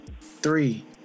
Three